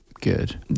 Good